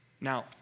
Now